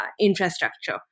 infrastructure